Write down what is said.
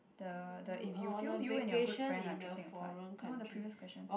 the the if you feel you and your good friend are drifting apart no the previous question